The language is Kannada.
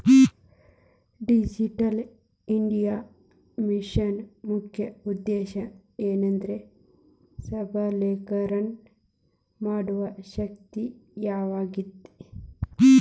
ಡಿಜಿಟಲ್ ಇಂಡಿಯಾ ಮಿಷನ್ನ ಮುಖ್ಯ ಉದ್ದೇಶ ಏನೆಂದ್ರ ಸಬಲೇಕರಣ ಮಾಡೋ ಶಕ್ತಿಯಾಗೇತಿ